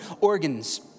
organs